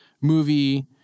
movie